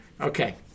Okay